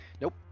Nope